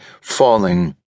falling